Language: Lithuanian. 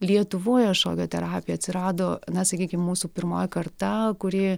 lietuvoje šokio terapija atsirado na sakykim mūsų pirmoji karta kuri